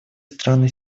страны